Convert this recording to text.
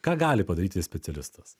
ką gali padaryti specialistas